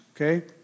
okay